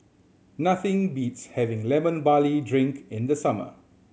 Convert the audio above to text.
nothing beats having Lemon Barley Drink in the summer